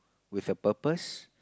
with a purpose